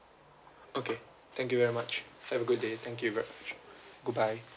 okay thank you very much have a good day thank you very much goodbye